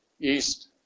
east